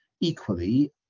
Equally